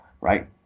Right